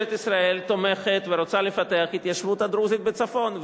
ממשלת ישראל תומכת ורוצה לפתח את התיישבות הדרוזים בצפון,